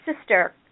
sister